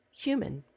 human